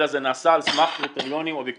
אלא זה נעשה על סמך קריטריונים אובייקטיביים